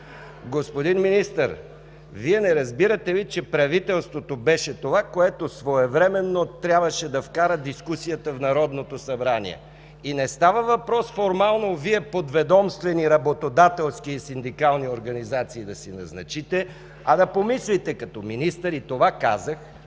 Господин Министър, Вие не разбирате ли, че правителството беше това, което своевременно трябваше да вкара дискусията в Народното събрание? И не става въпрос формално Вие подведомствени работодателски и синдикални организации да си назначите, а да помислите като министър, и това казах,